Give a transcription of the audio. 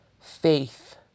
faith